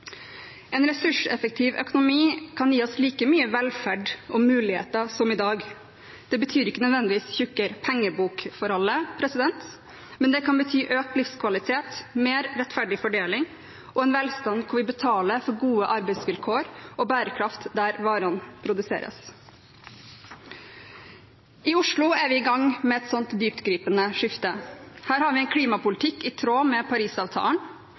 En ressurseffektiv økonomi kan gi oss like mye velferd og muligheter som i dag. Det betyr ikke nødvendigvis tykkere pengebok for alle, men det kan bety økt livskvalitet, mer rettferdig fordeling og en velstand hvor vi betaler for gode arbeidsvilkår og bærekraft der varene produseres. I Oslo er vi i gang med et slikt dyptgripende skifte. Her har vi en klimapolitikk i tråd med